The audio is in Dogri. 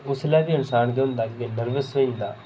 उसलै बी इन्सान जेह्ड़ा नर्वस होई जंदा